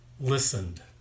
listened